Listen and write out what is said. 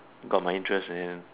got my interest and